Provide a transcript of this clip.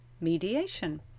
mediation